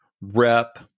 rep